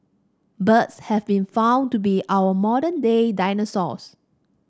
birds have been found to be our modern day dinosaurs